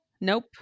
Nope